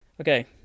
Okay